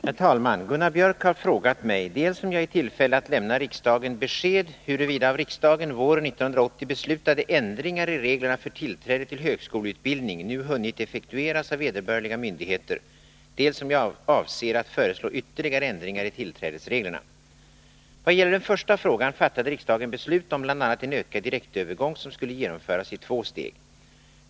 Herr talman! Gunnar Biörck har frågat mig dels om jag är i tillfälle att lämna riksdagen besked huruvida av riksdagen våren 1980 beslutade ändringar i reglerna för tillträde till högskoleutbildning nu hunnit effektueras av vederbörliga myndigheter, dels om jag avser att föreslå ytterligare ändringar i tillträdesreglerna. Vad gäller den första frågan fattade riksdagen beslut om bl.a. en ökad direktövergång, som skulle genomföras i två steg.